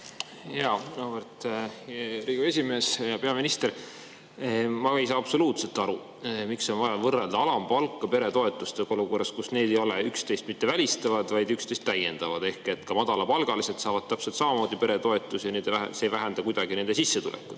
Auväärt Riigikogu esimees! Hea peaminister! Ma ei saa absoluutselt aru, miks on vaja võrrelda alampalka peretoetustega olukorras, kus need ei ole üksteist välistavad, vaid on üksteist täiendavad. Ka madalapalgalised saavad täpselt samamoodi peretoetusi ning see ei vähenda kuidagi nende sissetulekut.